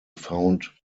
found